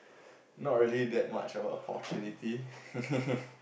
not really that much of opportunity